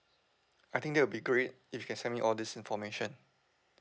I think that will be great if you can send me all this information